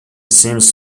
seems